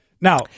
Now